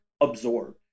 absorb